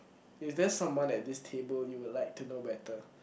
is there someone at this table you would like to know better